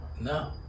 No